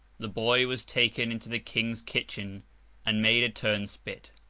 the boy was taken into the king's kitchen and made a turnspit.